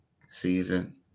season